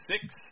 six